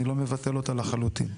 אני לא מבטל אותה לחלוטין.